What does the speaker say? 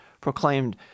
proclaimed